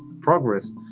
progress